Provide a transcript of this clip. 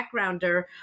backgrounder